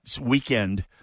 weekend –